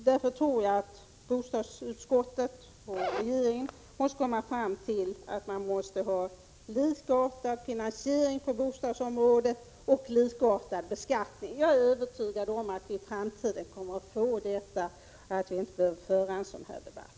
Därför tror jag att bostadsutskottet och regeringen måste komma fram till att man skall ha likartad finansiering på bostadsområdet och likartad beskattning. Jag är övertygad om att vi i framtiden kommer att få det, så att vi inte behöver föra en sådan debatt.